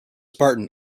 spartan